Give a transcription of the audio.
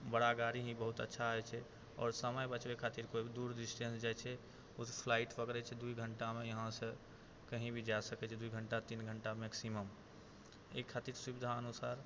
बड़ा गाड़ी ही बहुत अच्छा रहै छै आओर समय बचबै खातिर कोइ भी दूर डिस्टेन्स जाइ छै तऽ ओ फ्लाइट पकड़ै छै दुइ घण्टामे यहाँसँ कहीँ भी जा सकै छै दुइ घण्टा तीन घण्टा मैक्सिमम एहि खातिर सुविधा अनुसार